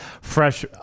fresh